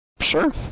Sure